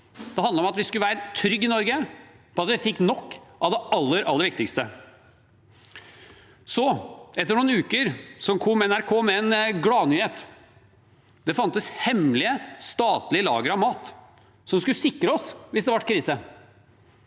Det handlet om at vi skulle være trygge i Norge på at vi fikk nok av det aller, aller viktigste. Etter noen uker kom NRK med en gladnyhet. Det fantes hemmelige statlige lagre med mat som skulle sikre oss hvis det ble krise.